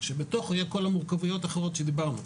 כשבתוכו יהיו כל המורכבויות האחרות שדיברנו,